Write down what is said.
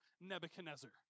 Nebuchadnezzar